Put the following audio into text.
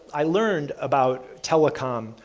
i learned about telecom.